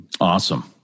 Awesome